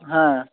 হ্যাঁ